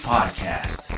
Podcast